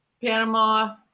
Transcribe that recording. Panama